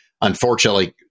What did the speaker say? unfortunately